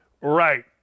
right